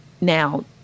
Now